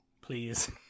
Please